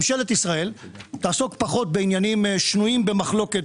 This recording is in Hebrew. ממשלת ישראל תעסוק פחות בעניינים שנויים במחלוקת